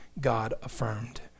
God-affirmed